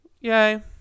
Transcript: Yay